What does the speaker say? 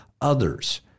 others